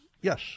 yes